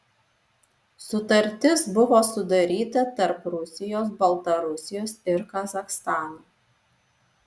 sutartis buvo sudaryta tarp rusijos baltarusijos ir kazachstano